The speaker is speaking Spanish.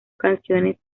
canciones